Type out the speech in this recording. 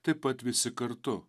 taip pat visi kartu